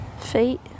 Feet